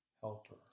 Helper